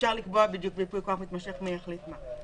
אפשר לקבוע בייפוי כוח מתמשך בדיוק מי יחליט מה,